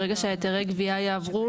ברגע שהיתרי הגבייה יעברו